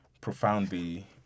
profoundly